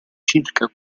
circa